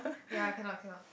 ya cannot cannot